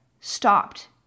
stopped